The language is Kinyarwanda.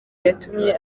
yatumye